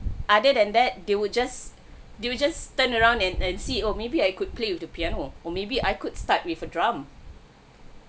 other than that they would just they would just turn around and and see oh maybe I could play with the piano or maybe I could start with a drum